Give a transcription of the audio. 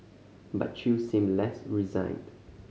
but Chew seemed less resigned